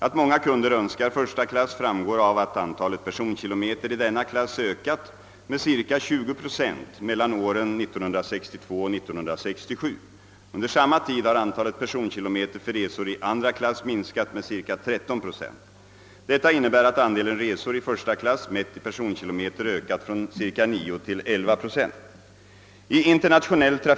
Att många kunder önskar första klass framgår av att antalet personkilometer i denna klass ökat med cirka 20 procent mellan åren 1962 och 1967. Under samma tid har antalet personkilometer för resor i andra klass minskat med cirka 13 procent. Detta innebär att andelen resor i första klass mätt i personkilometer ökat från ca 9 till 11 procent.